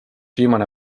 viimane